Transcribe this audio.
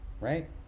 Right